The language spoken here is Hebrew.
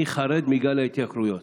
אני חרד מגל ההתייקרויות.